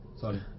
Sorry